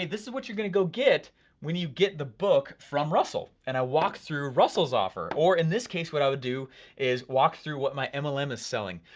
this is what you're going to go get when you get the book from russell, and i walk through russell's offer, or in this case what i would do is walk through what my mlm is selling.